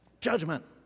Judgment